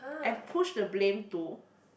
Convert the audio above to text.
and push the blame to